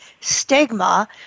stigma